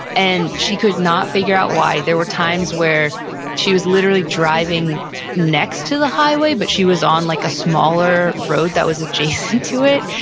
and she could not figure out why. there were times where she was literally driving next to the highway, but she was on like a smaller road that was adjacent to it.